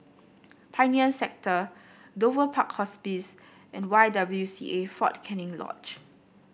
Pioneer Sector Dover Park Hospice and Y W C A Fort Canning Lodge